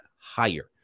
higher